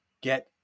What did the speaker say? get